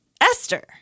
Esther